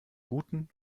guten